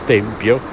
Tempio